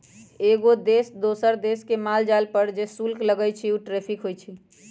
एगो देश से दोसर देश मे माल भेजे पर जे शुल्क लगई छई उ टैरिफ होई छई